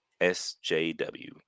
SJW